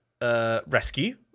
rescue